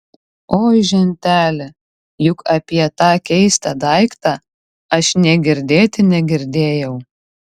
oi ženteli juk apie tą keistą daiktą aš nė girdėti negirdėjau